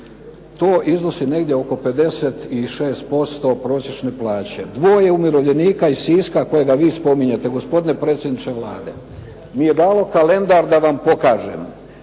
to iznosi negdje oko 56% prosječne plaće. Dvoje umirovljenika iz Siska kojega vi spominjete gospodine predsjedniče Vlade mi je dalo kalendar da vam pokažem,